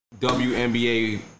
WNBA